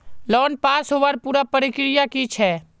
Loan पास होबार पुरा प्रक्रिया की छे?